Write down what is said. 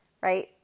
right